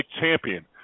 Champion